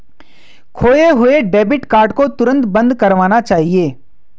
खोये हुए debit card को तुरंत बंद करवाना चाहिए